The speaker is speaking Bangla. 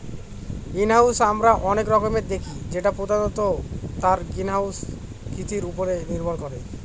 গ্রিনহাউস আমরা অনেক রকমের দেখি যেটা প্রধানত তার গ্রিনহাউস কৃতির উপরে নির্ভর করে